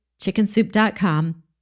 chickensoup.com